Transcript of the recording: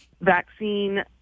vaccine